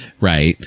right